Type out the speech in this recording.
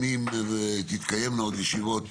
תתקיימנה עוד ישיבות